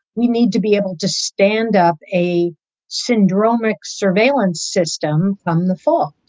we need to be able to stand up a syndrome ah surveillance system from the fall.